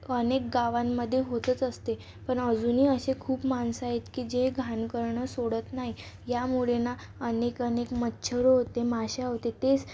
अनेक गावांमध्ये होतच असते पण अजूनही असे खूप माणसं आहेत की जे घाण करणं सोडत नाही यामुळे ना अनेक अनेक मच्छर होती माश्या होतात तेच